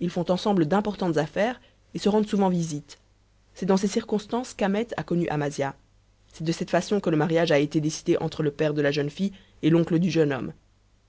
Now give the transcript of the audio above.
ils font ensemble d'importantes affaires et se rendent souvent visite c'est dans ces circonstances qu'ahmet a connu amasia c'est de cette façon que le mariage a été décidé entre le père de la jeune fille et l'oncle du jeune homme